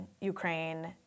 Ukraine